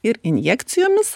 ir injekcijomis